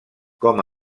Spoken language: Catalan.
com